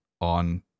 on